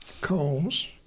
coals